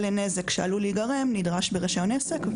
לנזק שעלול להיגרם נדרש ברישיון עסק.